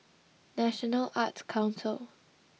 National Arts Council